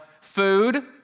food